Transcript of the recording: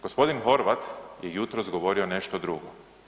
Gospodin Horvat je jutros govorio nešto drugo.